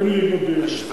אין לי מודיעין על זה.